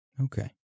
okay